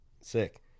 Sick